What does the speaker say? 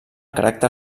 caràcter